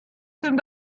dem